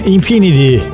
Infinity